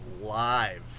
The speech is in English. Live